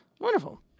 Wonderful